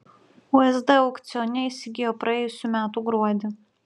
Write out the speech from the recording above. usd aukcione įsigijo praėjusių metų gruodį